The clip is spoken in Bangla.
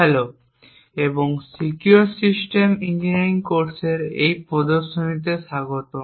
হ্যালো এবং সিকিউর সিস্টেম ইঞ্জিনিয়ারিং এর কোর্সে এই প্রদর্শনীতে স্বাগতম